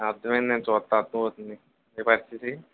అర్ధం అయ్యిందండి చూస్తే అర్థమవుతుంది మీ పరిస్థితి